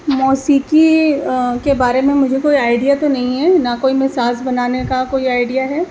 موسیقی کے بارے میں مجھے کوئی آئیڈیا تو نہیں ہے نہ کوئی میں ساز بنانے کا کوئی آئیڈیا ہے